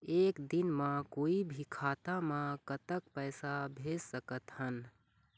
एक दिन म कोई भी खाता मा कतक पैसा भेज सकत हन?